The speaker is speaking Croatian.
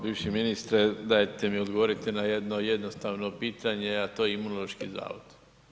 Bivši ministre, dajte mi odgovorite na jedno jednostavno pitanje a to je Imunološki zavod.